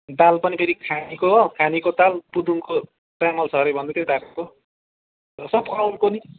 दाल पनि फेरि खानीको हो खानीको दाल पुदुङको चामल छ हरे भन्दैथ्यो धानको सब अउलको नि